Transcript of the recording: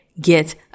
get